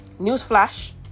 Newsflash